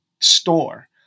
store